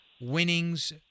winnings